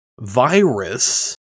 virus